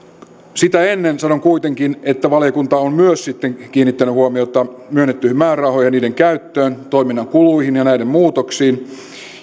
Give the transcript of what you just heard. sitä ennen sanon kuitenkin että valiokunta on kiinnittänyt huomiota myös myönnettyihin määrärahoihin ja niiden käyttöön toiminnan kuluihin ja näiden muutoksiin